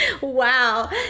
wow